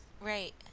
right